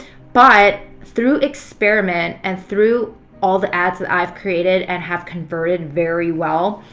but through experiment and through all the ads that i've created and have converted very well,